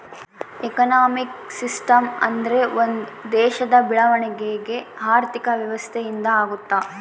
economic system ಅಂದ್ರೆ ಒಂದ್ ದೇಶದ ಬೆಳವಣಿಗೆ ಆರ್ಥಿಕ ವ್ಯವಸ್ಥೆ ಇಂದ ಆಗುತ್ತ